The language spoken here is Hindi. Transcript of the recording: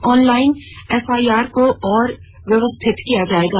ऑनलाइन एफआईआर को और व्यवस्थित किया जाएगा